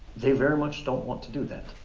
they very much don't want to do that.